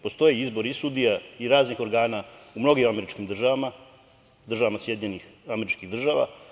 Postoji izbor i sudija i raznih organa u mnogim američkim državama, SAD.